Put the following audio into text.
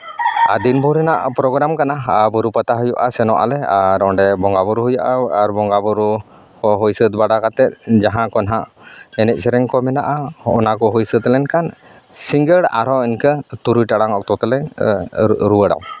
ᱫᱤᱱ ᱵᱷᱳᱨ ᱨᱮᱱᱟᱜ ᱯᱨᱳᱜᱨᱟᱢ ᱠᱟᱱᱟ ᱟᱨ ᱵᱩᱨᱩ ᱯᱟᱛᱟ ᱦᱩᱭᱩᱜᱼᱟ ᱥᱮᱱᱚᱜ ᱟᱞᱮ ᱟᱨ ᱚᱸᱰᱮ ᱵᱚᱸᱜᱟᱼᱵᱩᱨᱩ ᱦᱩᱭᱩᱜᱼᱟ ᱟᱨ ᱵᱚᱸᱜᱟ ᱵᱩᱨᱩ ᱠᱚ ᱦᱩᱭ ᱥᱟᱹᱛ ᱵᱟᱲᱟ ᱠᱟᱛᱮᱫ ᱡᱟᱦᱟᱸ ᱠᱚ ᱱᱟᱦᱟᱸᱜ ᱮᱱᱮᱡ ᱥᱮᱨᱮᱧ ᱠᱚ ᱢᱮᱱᱟᱜᱼᱟ ᱚᱱᱟᱠᱚ ᱦᱩᱭ ᱥᱟᱹᱛ ᱞᱮᱱᱠᱷᱟᱱ ᱥᱤᱸᱜᱟᱹᱲ ᱟᱨᱚ ᱤᱱᱠᱟᱹ ᱛᱩᱨᱩᱭ ᱴᱟᱲᱟᱝ ᱚᱠᱛᱚ ᱛᱮᱞᱮ ᱨᱩᱣᱟᱹᱲᱟ